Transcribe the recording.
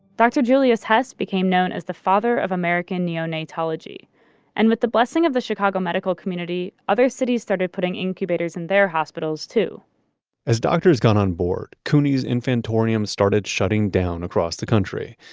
dr. julius hess became known as the father of american neonatology and with the blessing of the chicago medical community, other cities started putting incubators in their hospitals too as doctors got on board, couney's infantorium started shutting down across the country.